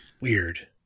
Weird